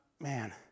man